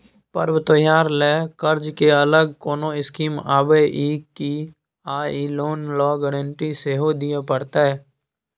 पर्व त्योहार ल कर्ज के अलग कोनो स्कीम आबै इ की आ इ लोन ल गारंटी सेहो दिए परतै?